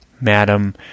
madam